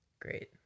Great